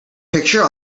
picture